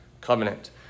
covenant